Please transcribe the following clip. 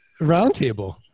roundtable